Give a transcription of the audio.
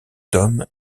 tome